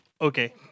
Okay